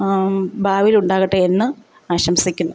ഭാവിയിൽ ഉണ്ടാകട്ടെ എന്ന് ആശംസിക്കുന്നു